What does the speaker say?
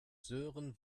sören